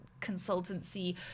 consultancy